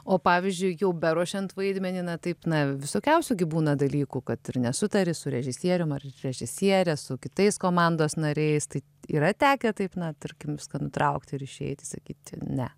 o pavyzdžiui jau beruošiant vaidmenį na taip na visokiausių gi būna dalykų kad ir nesutari su režisierium ar režisiere su kitais komandos nariais tai yra tekę taip na tarkim viską nutraukti ir išeiti sakyti ne